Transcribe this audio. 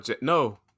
no